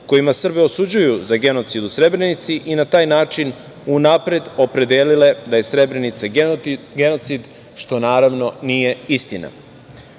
kojima Srbe osuđuju za genocid u Srebrenici i na taj način unapred opredelile da je Srebrenica genocid, što naravno nije